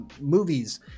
movies